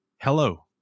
Hello